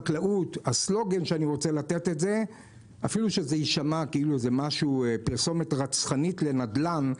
הסלוגן שאני רוצה לתת גם אם זה יישמע כמו פרסומת רצחנית לנדל"ן,